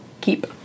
keep